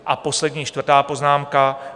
A poslední, čtvrtá poznámka.